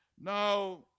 Now